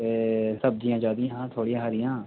ते सब्ज़ियां चाही दियां हियां थोह्ड़ी हारियां